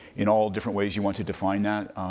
in all different ways you want to define that.